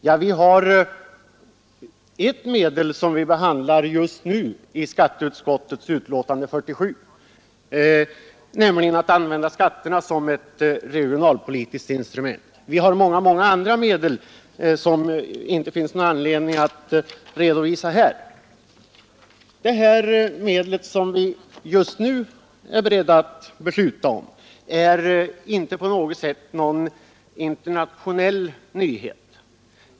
Jo, vi har ett medel som vi just nu behandlar i skatteutskottets betänkande nr 47, nämligen att använda skatterna som ett regionalpolitiskt instrument. Vi har många andra medel som det här inte finns någon anledning att redovisa. Det medel som vi just nu är beredda att besluta om är inte på något sätt någon internationell nyhet.